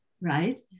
right